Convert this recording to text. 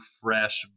fresh